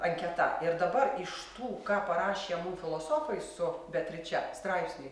anketa ir dabar iš tų ką parašė mum filosofai su beatriče straipsny